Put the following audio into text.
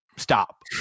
stop